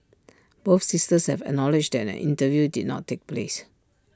both sisters have acknowledged that an interview did not take place